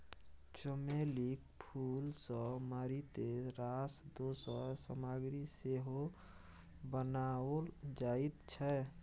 चमेलीक फूल सँ मारिते रास दोसर सामग्री सेहो बनाओल जाइत छै